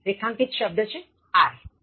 રેખાંકિત શબ્દ છે are 4